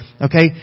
Okay